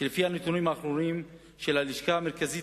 שלפי הנתונים האחרונים של הלשכה המרכזית